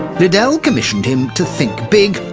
liddell commissioned him to think big,